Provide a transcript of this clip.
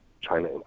China